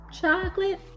Chocolate